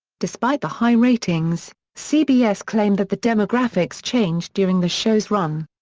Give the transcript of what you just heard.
despite the high ratings, cbs claimed that the demographics changed during the show's run.